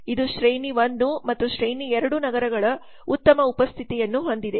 ಇದು ಶ್ರೇಣಿ 1 ಮತ್ತು ಶ್ರೇಣಿ 2 ನಗರಗಳ ಉತ್ತಮ ಉಪಸ್ಥಿತಿಯನ್ನು ಹೊಂದಿದೆ